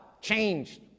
changed